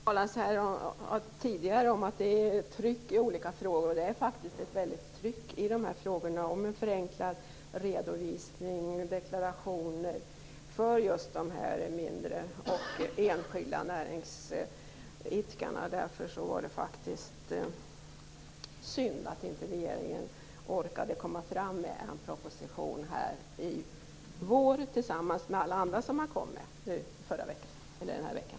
Herr talman! Det har här och tidigare talats om att det är tryck i olika frågor. Det är faktiskt ett väldigt tryck i de här frågorna om förenklad redovisning och förenklade deklarationer för just de mindre och enskilda näringsidkarna. Därför var det synd att inte regeringen orkade komma fram med en proposition i vår tillsammans med alla de andra som har kommit i veckan.